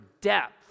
depth